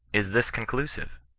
is this conclusive?